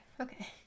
Okay